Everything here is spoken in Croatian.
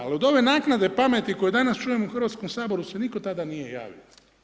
Ali od ove naknadne pameti koju danas čujem u Hrvatskom saboru se nitko tada nije javio.